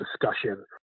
discussion